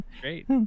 great